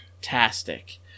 fantastic